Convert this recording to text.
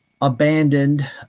abandoned